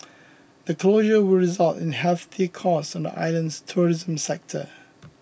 the closure will result in hefty costs on the island's tourism sector